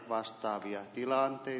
vastaavia tilattiin